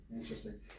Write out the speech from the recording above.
interesting